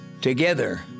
Together